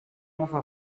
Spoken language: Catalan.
bufa